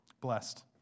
Blessed